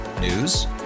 News